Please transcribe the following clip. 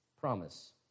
promise